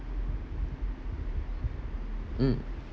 mm